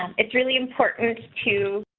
um it's really important to